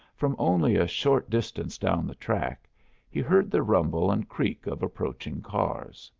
from only a short distance down the track he heard the rumble and creak of approaching cars.